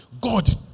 God